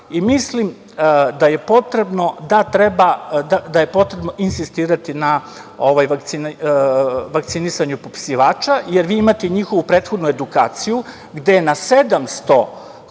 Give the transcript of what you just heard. Mislim da je potrebno insistirati na vakcinisanju popisivača, jer vi imate njihovu prethodnu edukaciju, gde na 700